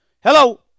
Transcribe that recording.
Hello